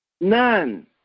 None